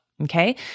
Okay